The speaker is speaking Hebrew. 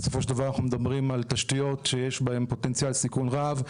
בסופו של דבר אנחנו מדברים על תשתיות שיש בהן פוטנציאל סיכון רב.